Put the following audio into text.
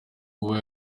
kuba